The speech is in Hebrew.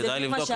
אז כדאי לבדוק,